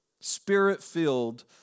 Spirit-filled